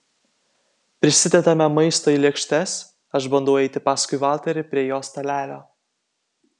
prisidedame maisto į lėkštes aš bandau eiti paskui valterį prie jo stalelio